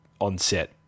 onset